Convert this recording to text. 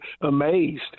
amazed